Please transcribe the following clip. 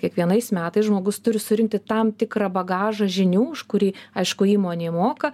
kiekvienais metais žmogus turi surinkti tam tikrą bagažą žinių už kurį aišku įmonei moka